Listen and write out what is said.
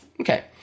Okay